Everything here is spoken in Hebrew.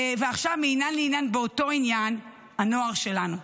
ועכשיו מעניין לעניין באותו עניין, הנוער שלנו,